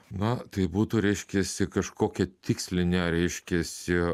na tai būtų reiškiasi kažkokia tikslinė reiškiasi